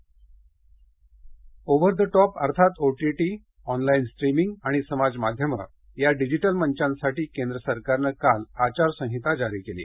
OTT दिशा निर्देश over the top अर्थात ओटीटी ऑनलाईन स्ट्रिमिंग आणि समाजमाध्यमं या डिजिटल मंचांसाठी केंद्र सरकारनं काल आचार संहिता जारी केली